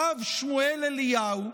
הרב שמואל אליהו,